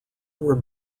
were